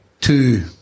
two